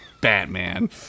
Batman